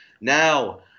Now